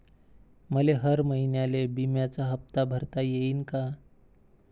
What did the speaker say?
मले हर महिन्याले बिम्याचा हप्ता भरता येईन का?